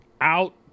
out